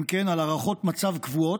אם כן, על הערכות מצב קבועות,